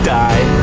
die